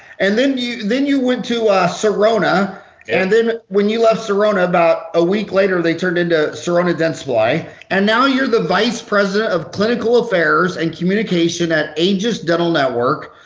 and then you then you went to a sirona and then when you left sirona about a week later they turned into sirona dentsply and now you're the vice president of clinical affairs and communication at aegis dental network.